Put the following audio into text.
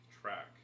track